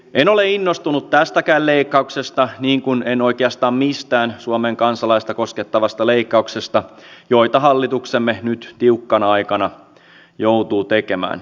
en ole innostunut tästäkään leikkauksesta niin kuin en oikeastaan mistään suomen kansalaista koskettavasta leikkauksesta joita hallituksemme nyt tiukkana aikana joutuu tekemään